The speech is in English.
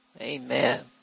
Amen